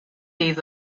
days